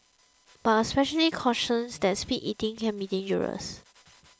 but a specialist cautions that speed eating can be dangerous